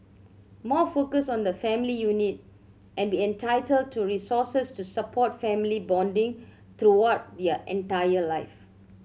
more focus on the family unit and be entitled to resources to support family bonding throughout their entire life